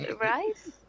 rice